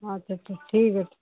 ਅੱਛਾ ਅੱਛਾ ਠੀਕ ਆ